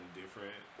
different